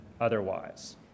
otherwise